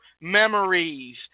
memories